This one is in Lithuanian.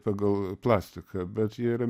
pagal plastiką bet jie yra